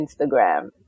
instagram